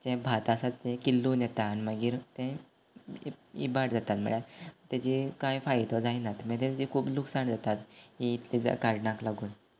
जें भात आसा तें किल्लून येता आनी मागीर तें इबाड जाता म्हणल्यार तेजें कांय फायदो जायना मागीर तेका तें खूब लुकसाण जाता हीं इतलीं कारणाक लागून